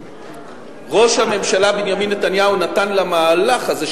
ראש הממשלה בנימין נתניהו נתן למהלך הזה,